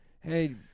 hey